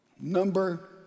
number